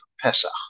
Pesach